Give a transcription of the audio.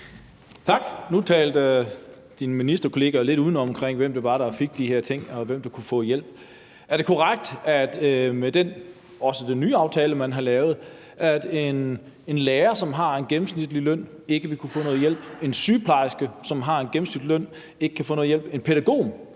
Tak. Nu talte din ministerkollega lidt uden om, med hensyn til hvem det var, der fik de her ting, og hvem der kunne få hjælp. Er det korrekt, at med den nye aftale, man har lavet, vil en lærer, som har en gennemsnitlig løn, ikke vil kunne få noget hjælp, at en sygeplejerske, som har en gennemsnitlig løn, ikke vil kunne få noget hjælp, at en pædagog,